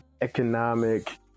economic